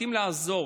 מחליטים לעזור,